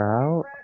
out